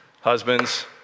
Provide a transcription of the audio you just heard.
Husbands